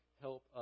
help